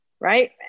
Right